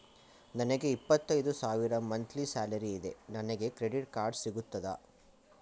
ನನಗೆ ಇಪ್ಪತ್ತೈದು ಸಾವಿರ ಮಂತ್ಲಿ ಸಾಲರಿ ಇದೆ, ನನಗೆ ಕ್ರೆಡಿಟ್ ಕಾರ್ಡ್ ಸಿಗುತ್ತದಾ?